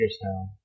Hagerstown